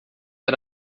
era